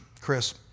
Chris